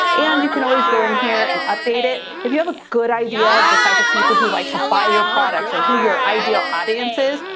and you can always go in here and update it. if you have a good idea of the type of people who like to buy your products, or who your ideal audience is,